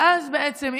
ואז בעצם,